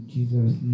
Jesus